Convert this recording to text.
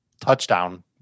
touchdown